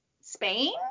Spain